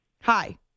Hi